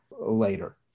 later